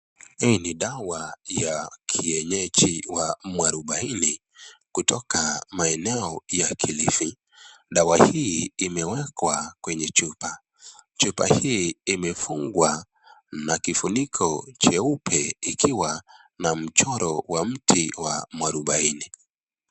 Hii ni dawa ya kienyeji wa mwarubaini kutoka maeneo ya kilifi, dawa hii imewekwa kwenye chupa. Chupa hii imefungwa na kifuniko cheupe ikiwa na mchoro wa mti wa mwarubaini.